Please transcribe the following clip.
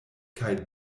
kaj